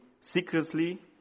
secretly